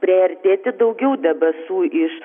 priartėti daugiau debesų iš